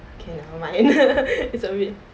okay nevermind it is a re~